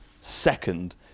second